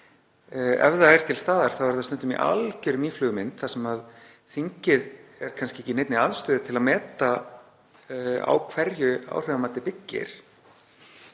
Ef það er til staðar þá er það stundum í algerri mýflugumynd þar sem þingið er kannski ekki í neinni aðstöðu til að meta á hverju áhrifamatið byggir